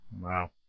Wow